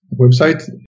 website